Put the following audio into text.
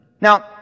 Now